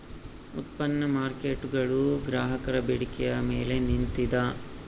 ಉತ್ಪನ್ನ ಮಾರ್ಕೇಟ್ಗುಳು ಗ್ರಾಹಕರ ಬೇಡಿಕೆಯ ಮೇಲೆ ನಿಂತಿದ